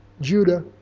Judah